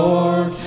Lord